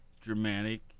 dramatic